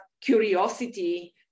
curiosity